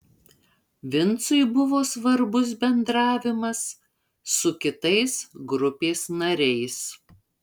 vincui buvo svarbus bendravimas su kitais grupės nariais